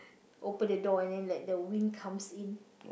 open the door and then let the wind comes in